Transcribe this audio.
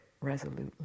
resolutely